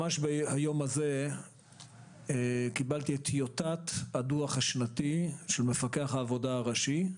ממש היום קיבלתי את טיוטת הדוח השנתי של מפקח העבודה הראשי.